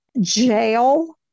jail